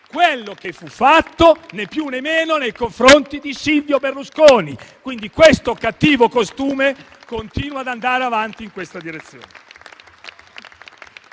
quello che fu fatto, né più né meno, nei confronti di Silvio Berlusconi. Quindi questo cattivo costume continua ad andare avanti in questa direzione.